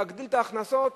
להגדיל את ההכנסות?